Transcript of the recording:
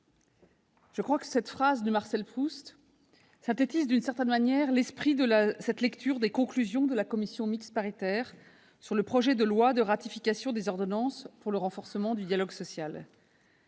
je crois que cette phrase de Marcel Proust synthétise d'une certaine manière l'esprit de cette lecture des conclusions de la commission mixte paritaire sur le projet de loi de ratification des ordonnances pour le renforcement du dialogue social.